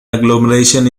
agglomeration